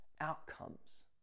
outcomes